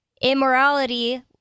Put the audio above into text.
immorality